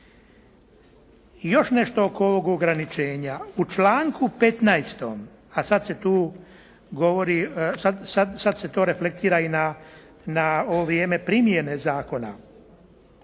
još nešto oko ovog ograničenja. U članku 15. a sada se to reflektira i na ovo vrijeme primjene zakona.